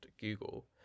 Google